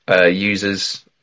users